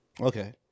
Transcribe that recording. Okay